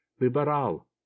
liberal